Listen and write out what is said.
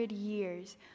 years